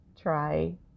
try